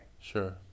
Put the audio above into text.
Sure